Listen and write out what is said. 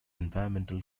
environmental